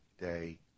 day